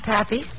Pappy